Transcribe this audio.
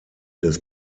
des